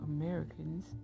Americans